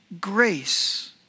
grace